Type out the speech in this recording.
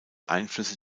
einflüsse